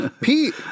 Pete